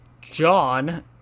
John